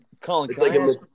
Colin